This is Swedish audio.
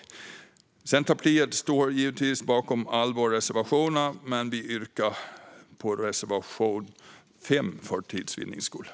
Vi i Centerpartiet står givetvis bakom alla våra reservationer, men för tids vinnande yrkar vi bifall endast till reservation 5.